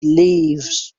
leaves